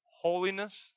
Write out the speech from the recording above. holiness